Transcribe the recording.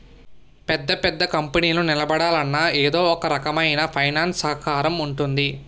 పెద్ద పెద్ద కంపెనీలు నిలబడాలన్నా ఎదో ఒకరకమైన ఫైనాన్స్ సహకారం ఉంటుంది